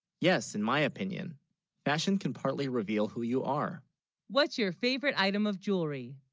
yes in my opinion fashion can partly reveal, who you are what's your favorite item of jewelry?